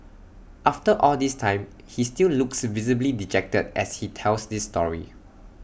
after all this time he still looks visibly dejected as he tells this story